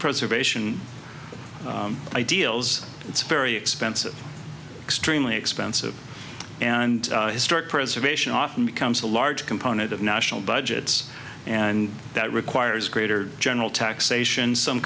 preservation ideals it's very expensive extremely expensive and historic preservation often becomes a large component of national budgets and that requires greater general taxation some